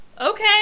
okay